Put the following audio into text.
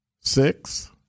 Six